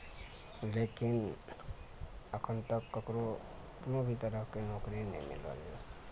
लेकिन अखन तक ककरो कोनो भी तरहके नौकरी नहि मिललैया